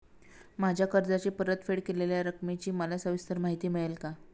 माझ्या कर्जाची परतफेड केलेल्या रकमेची मला सविस्तर माहिती मिळेल का?